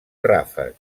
ràfec